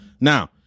Now